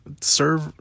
serve